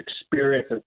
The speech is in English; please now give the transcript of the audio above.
experience